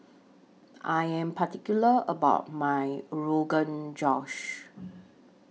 I Am particular about My Rogan Josh